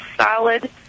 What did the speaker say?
solid